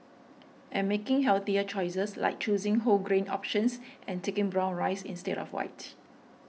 and making healthier choices like choosing whole grain options and taking brown rice instead of white